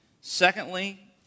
Secondly